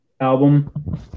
album